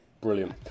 brilliant